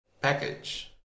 package